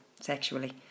sexually